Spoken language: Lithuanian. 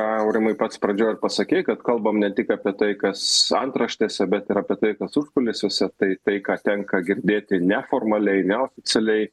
aurimai pats pradžioj ir pasakei kad kalbam ne tik apie tai kas antraštėse bet ir apie tai kas užkulisiuose tai tai ką tenka girdėti ne formaliai neoficialiai